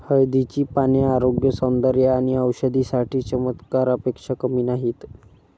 हळदीची पाने आरोग्य, सौंदर्य आणि औषधी साठी चमत्कारापेक्षा कमी नाहीत